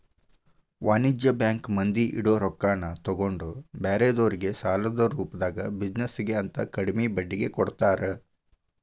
ವಾಣಿಜ್ಯ ಬ್ಯಾಂಕ್ ಮಂದಿ ಇಡೊ ರೊಕ್ಕಾನ ತಗೊಂಡ್ ಬ್ಯಾರೆದೊರ್ಗೆ ಸಾಲದ ರೂಪ್ದಾಗ ಬಿಜಿನೆಸ್ ಗೆ ಅಂತ ಕಡ್ಮಿ ಬಡ್ಡಿಗೆ ಕೊಡ್ತಾರ